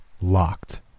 locked